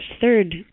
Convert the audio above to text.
third